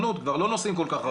כבר לא נוסעים כל כך הרבה,